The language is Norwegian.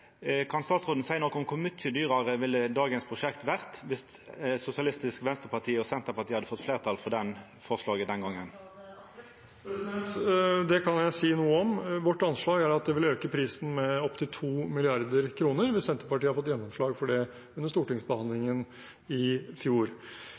Kan statsråden seia noko om kor mykje dyrare dagens prosjekt ville vore dersom Sosialistisk Venstreparti og Senterpartiet hadde fått fleirtal for forslaget den gongen? Det kan jeg si noe om. Vårt anslag er at det ville øke prisen med opptil 2 mrd. kr hvis Senterpartiet hadde fått gjennomslag for det under